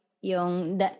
yung